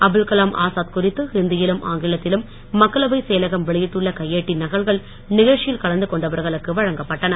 அபுல் கலாம் ஆசாத் குறித்து ஹிந்தியிலும் ஆங்கிலத்திலும் மக்களவைச் செயலகம் வெளியிட்டுள்ள கையேட்டின் நகல்கள் நிகழ்ச்சியில் கலந்து கொண்டவர்களுக்கு வழங்கப்பட்டன